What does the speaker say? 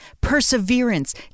perseverance